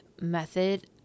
method